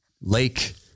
lake